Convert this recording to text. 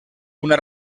una